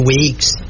weeks